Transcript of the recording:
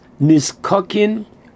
niskokin